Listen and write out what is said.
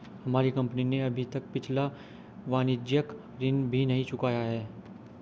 हमारी कंपनी ने अभी तक पिछला वाणिज्यिक ऋण ही नहीं चुकाया है